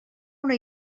una